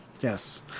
Yes